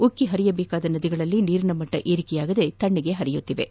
ಉಕ್ಕಿ ಹರಿಯಬೇಕಾದ ನದಿಗಳಲ್ಲಿ ನೀರಿನ ಮಟ್ಟ ಏರಿಕೆಯಾಗದೆ ತಣ್ಣಗೆ ಹರಿಯುತ್ತಿವೆ